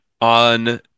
on